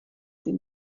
sie